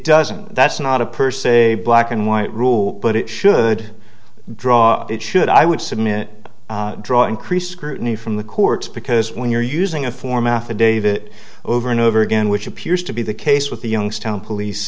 doesn't that's not a per se black and white rule but it should draw it should i would submit draw increased scrutiny from the courts because when you're using a form affidavit over and over again which appears to be the case with the youngstown police